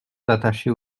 attachées